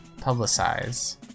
publicize